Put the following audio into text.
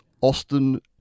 Austin